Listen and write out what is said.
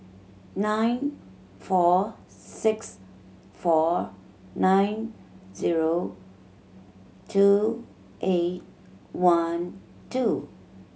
nine four six four nine zero two eight one two